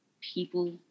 people